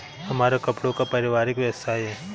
हमारा कपड़ों का पारिवारिक व्यवसाय है